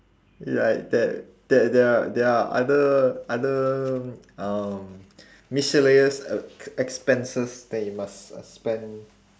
ya there there there are there are other other um miscellaneous uh expenses that you must uh spend